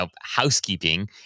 housekeeping